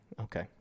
Okay